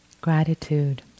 Gratitude